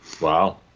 Wow